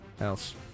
else